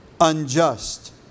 unjust